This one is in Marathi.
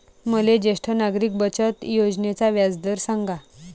मले ज्येष्ठ नागरिक बचत योजनेचा व्याजदर सांगा